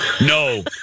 No